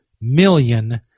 million